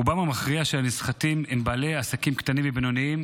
רובם המכריע של הנסחטים הם בעלי עסקים קטנים ובינוניים